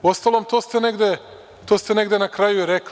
Uostalom to ste negde na kraju i rekli.